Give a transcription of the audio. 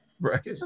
Right